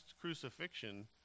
crucifixion